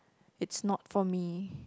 it's not for me